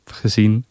gezien